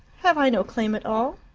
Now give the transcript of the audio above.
have i no claim at all?